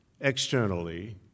externally